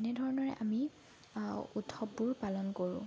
এনেধৰণেৰে আমি উৎসৱবোৰ পালন কৰোঁ